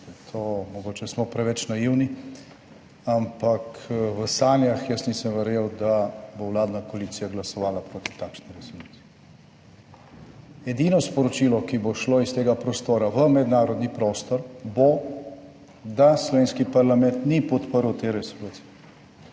to, mogoče smo preveč naivni, ampak v sanjah jaz nisem verjel, da bo vladna koalicija glasovala proti takšni resoluciji. Edino sporočilo, ki bo šlo iz tega prostora v mednarodni prostor bo, da slovenski parlament ni podprl te resolucije,.